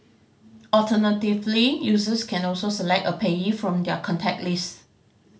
alternatively users can also select a payee from their contact list